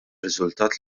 riżultat